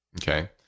Okay